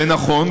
זה נכון,